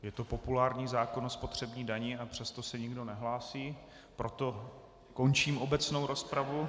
Je to populární zákon o spotřební dani, a přesto se nikdo nehlásí, proto končím obecnou rozpravu.